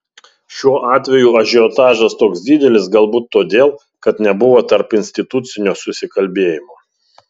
šiuo atveju ažiotažas toks didelis galbūt todėl kad nebuvo tarpinstitucinio susikalbėjimo